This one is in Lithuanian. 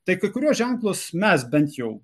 tai kai kuriuos ženklus mes bent jau